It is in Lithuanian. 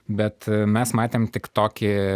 bet mes matėm tik tokį